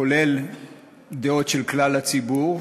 כולל דעות של כלל הציבור,